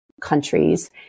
countries